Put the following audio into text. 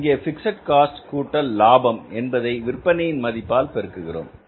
இங்கே fixed cost கூட்டல் லாபம் என்பதை விற்பனையின் மதிப்பால் பெருக்குகிறோம்